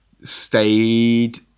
stayed